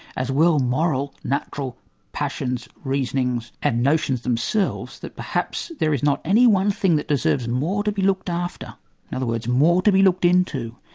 as well moral, natural passions, reasonings and notions themselves, that perhaps there is not any one thing that deserves more to be looked after' in other words, more to be looked into.